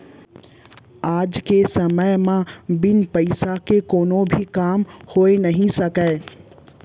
आज के समे म बिन पइसा के कोनो भी काम होइ नइ सकय